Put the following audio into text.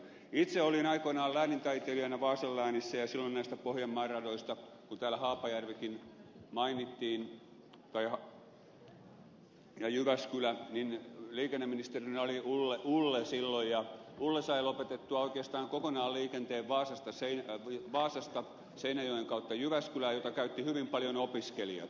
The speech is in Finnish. itse olin aikoinaan läänintaiteilijana vaasan läänissä ja silloin näistä pohjanmaan radoista kun täällä haapajärvikin ja jyväskylä mainittiin liikenneministerinä oli ole silloin ole sai lopetettua oikeastaan kokonaan liikenteen vaasasta seinäjoen kautta jyväskylään jota rataa käyttivät hyvin paljon opiskelijat